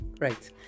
Right